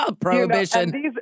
Prohibition